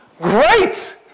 Great